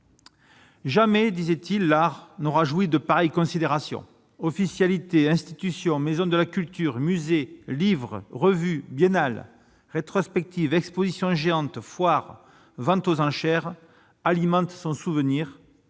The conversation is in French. Jamais, disait-il, l'art n'aura joué de pareilles considérations officialité institution Maison de la culture musée: livres, revues biennale rétrospective Exposition géante foire vente aux enchères alimente son souvenir